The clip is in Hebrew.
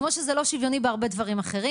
כמו שזה לא שוויוני בהרבה דברים אחרים.